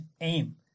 aim